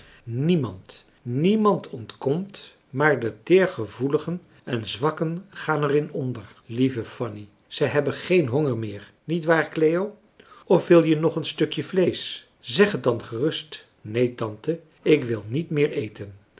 niemand niemand ontkomt maar de teergevoeligen en zwakken gaan er in onder lieve fanny zij hebben geen honger meer niet waar cleo of wil je nog een stukje vleesch zeg het dan gerust neen tante ik wil niet meer eten